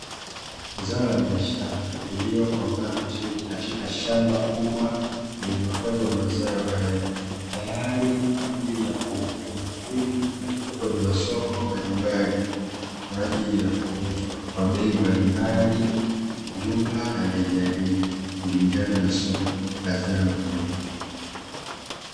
Zao la biashara lililokomaa vizuri katika shamba kubwa lililopandwa mazao hayo, tayari kwa ajili ya kuvunwa ili kupelekwa kwenye masoko mbalimbali . Kwa ajili ya kuuzwa kwa bei mbalimbali jumla na rejareja kulingana na soko la zao hilo.